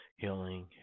healing